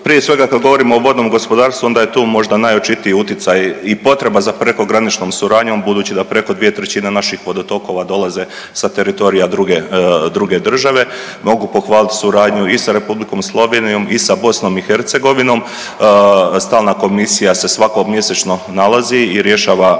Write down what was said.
prije svega kada govorimo o vodnom gospodarstvu onda je to možda najočitiji uticaj i potreba za prekograničnom suradnjom budući da preko dvije trećine naših vodotokova dolaze sa teritorija druge države. Mogu pohvalit suradnju i sa Republikom Slovenijom i sa BiH, stalna komisija se svakomjesečno nalazi i rješava